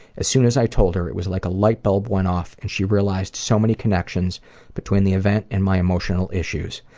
as soon as i told her, it was like a light bulb went off, and she realized so many connections between the event and my emotional issues.